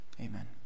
amen